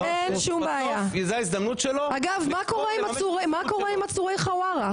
אין שום בעיה, אגב מה קורה עם עצורי חווארה?